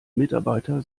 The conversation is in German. mitarbeiter